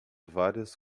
várias